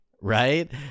right